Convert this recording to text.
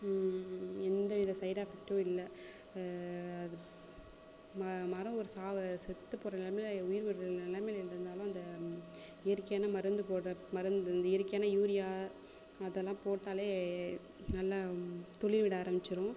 எந்த வித சைட் எஃபெக்ட்டும் இல்லை மரம் ஒரு சாவை செத்து போகிற நிலமைல உயிர் விடுற நிலமைல இருந்தாலும் அந்த இயற்கையான மருந்து போடுற மருந்து இந்த இயற்கையான யூரியா அதெல்லாம் போட்டாலே நல்ல துளிர் விட ஆரம்பிச்சிடும்